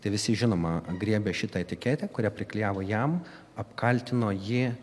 tai visi žinoma griebė šitą etiketę kurią priklijavo jam apkaltino jį